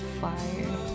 fire